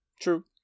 True